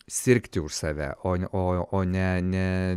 sirgti už save o ne o ne ne